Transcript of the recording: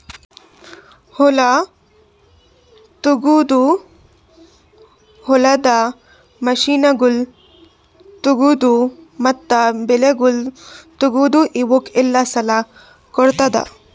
ಹೊಲ ತೊಗೋದು, ಹೊಲದ ಮಷೀನಗೊಳ್ ತೊಗೋದು, ಮತ್ತ ಬೆಳಿಗೊಳ್ ತೊಗೋದು, ಇವುಕ್ ಎಲ್ಲಾ ಸಾಲ ಕೊಡ್ತುದ್